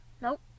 Nope